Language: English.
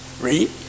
Read